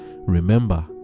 remember